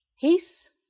Peace